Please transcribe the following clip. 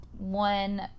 one